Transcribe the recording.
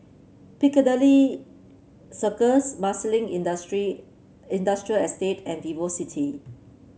Piccadilly Circus Marsiling Industry Industrial Estate and VivoCity